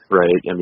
right